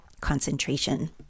concentration